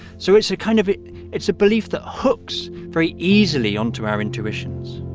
so it's a kind of it's a belief that hooks very easily onto our intuitions